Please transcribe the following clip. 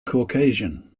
caucasian